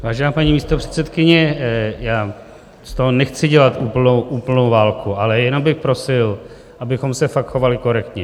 Vážená paní místopředsedkyně, já z toho nechci dělat úplnou válku, ale jenom bych prosil, abychom se fakt chovali korektně.